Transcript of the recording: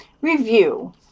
Review